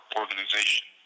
organization